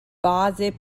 base